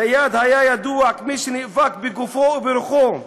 זיאד היה ידוע כמי שנאבק בגופו וברוחו: